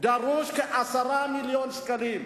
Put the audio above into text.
דרושים כ-10 מיליוני שקלים,